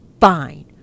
fine